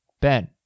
Ben